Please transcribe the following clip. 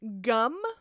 Gum